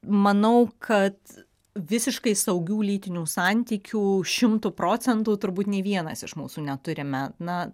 manau kad visiškai saugių lytinių santykių šimtu procentų turbūt nė vienas iš mūsų neturime na